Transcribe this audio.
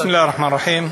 בסם אללה א-רחמאן א-רחים.